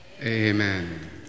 Amen